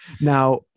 Now